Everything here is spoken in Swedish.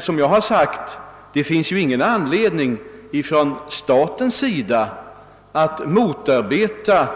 Som jag har sagt finns det emellertid ingen anledning för staten att motarbeta